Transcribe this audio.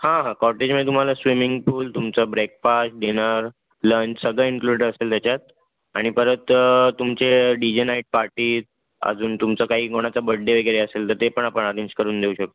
हां हां कॉटेजमध्ये तुम्हाला स्विमींग पूल तुमचं ब्रेकफास्ट डिनर लंच सगळं इन्क्लूडेड असेल त्याच्यात आणि परत तुमचे डी जे नाईट पार्टी अजून तुमचं काही कोणाचा बड्डे वगैरे असेल तर ते पण आपण अरेंज करून देऊ शकू